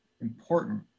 important